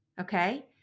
Okay